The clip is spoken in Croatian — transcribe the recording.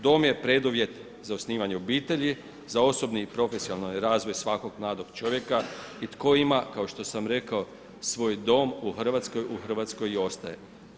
To vam je preduvjet za osnivanje obitelji, za osobni i profesionalni razvoj svakog mladog čovjeka i tko ima, kao što sam rekao svoj dom u Hrvatskoj, u Hrvatskoj i ostaje.